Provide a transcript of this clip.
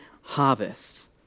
harvest